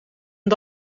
een